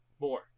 more